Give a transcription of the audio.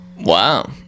Wow